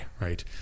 right